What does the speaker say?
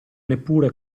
neppure